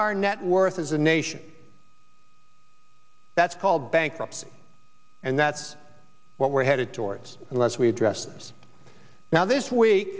our net worth as a nation that's called bankruptcy and that's what we're headed towards unless we address now this week